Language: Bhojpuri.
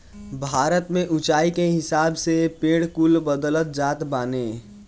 भारत में उच्चाई के हिसाब से पेड़ कुल बदलत जात बाने